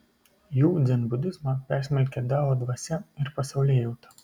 jų dzenbudizmą persmelkia dao dvasia ir pasaulėjauta